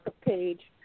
page